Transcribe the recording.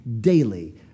daily